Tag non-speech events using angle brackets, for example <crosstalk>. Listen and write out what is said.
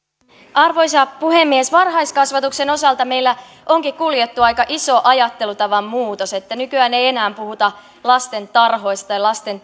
arvoisa puhemies varhaiskasvatuksen osalta meillä onkin kuljettu aika iso ajattelutavan muutos nykyään ei enää puhuta lastentarhoista ja lasten <unintelligible>